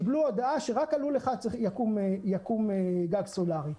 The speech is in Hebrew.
קיבלו הודעה שרק על לול אחד יקום גג סולארי.